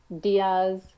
Diaz